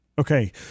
Okay